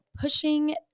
pushing